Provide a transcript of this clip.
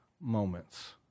moments